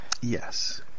Yes